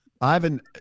Ivan